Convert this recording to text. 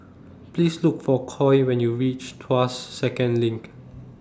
Please Look For Coy when YOU REACH Tuas Second LINK